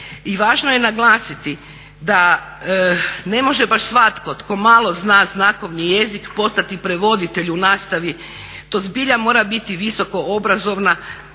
I važno je naglasiti da ne može baš svatko tko malo zna znakovni jezik postati prevoditelj u nastavi. To zbilja mora biti visokoobrazovna,